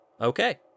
Okay